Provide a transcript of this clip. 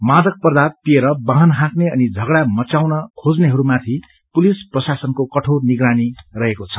मादक पदार्य पिएर वाहन हाँक्ने अनि हुडदाङ मचाउन खोज्नेहरूमाथि पुलिस प्रशासनको कठोर निगरानी रहेको छ